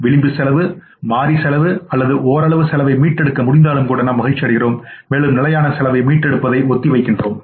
விளிம்பு செலவு மாறி செலவு அல்லது ஓரளவு செலவை மீட்டெடுக்க முடிந்தாலும் கூட நாம் மகிழ்ச்சியடைகிறோம் மேலும் நிலையான செலவைமீட்டெடுப்பதை ஒத்திவைப்போம்